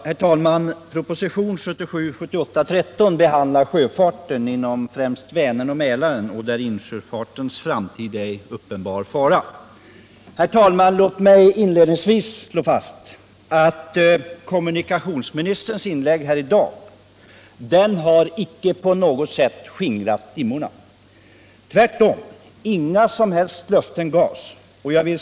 Herr talman! Propositionen 1977/78:13 behandlar sjöfarten inom främst Vänern och Mälaren, där insjöfartens framtid är i uppenbar fara. Låt mig inledningsvis slå fast att kommunikationsministerns inlägg här i dag icke på något sätt skingrat dimmorna. Tvärtom! Inga som helst löften gavs.